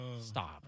Stop